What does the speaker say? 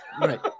Right